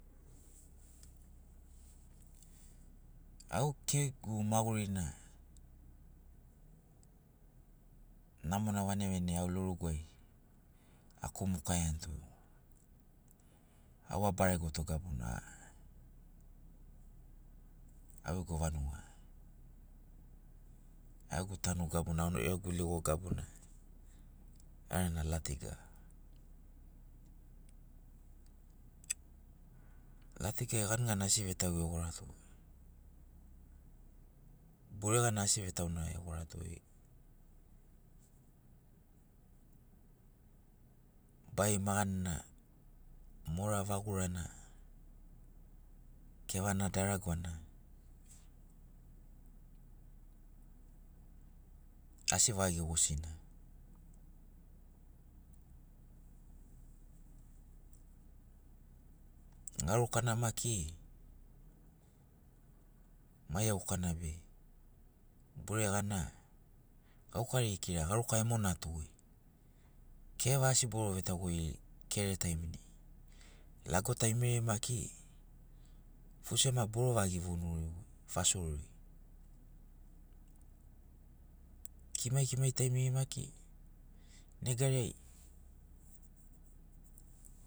Au keigu magurina namona vanagi vanagi au loruguai akumukaiani tu au abaregoto gabuna au gegu vanuga au gegu tanu gabuna au gegu ligo gabuna arana latiga latigai ganigani asi vetau egorato buregana asi vetauna egorato bai maganina mora vagurana kevana daragwana asi vagi gosina garukana maki mai iaukana be buregana gauka geri kira garuka emonato be keva asi boro vetau kere taiminai lago taimiriai maki fuse ma boro vagi vonurigoi fasorori kimai kimai taimiriai maki negariai